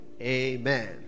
amen